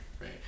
right